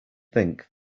think